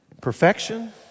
perfection